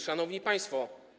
Szanowni Państwo!